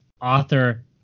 author